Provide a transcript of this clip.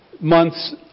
Months